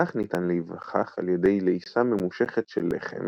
בכך ניתן להיווכח על ידי לעיסה ממושכת של לחם,